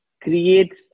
creates